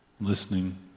listening